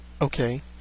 okay